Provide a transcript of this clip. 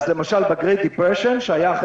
למשל ב-Great depression שהיה אחרי